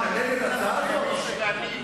מה, אתה נגד ההצעה הזאת?